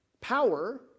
power